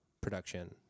production